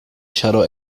shadow